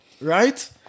right